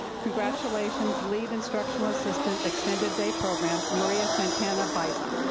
congratulations, lead instructional assistant extended day program, maria santana-baiza.